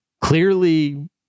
clearly